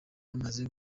bamaze